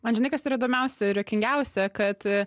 man žinai kas yra įdomiausia ir juokingiausia kad